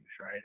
Right